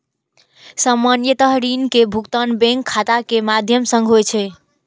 सामान्यतः ऋण के भुगतान बैंक खाता के माध्यम सं होइ छै